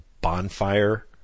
bonfire